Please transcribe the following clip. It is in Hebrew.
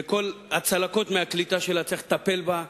וכל הצלקות מהקליטה שלה, צריך לטפל בה.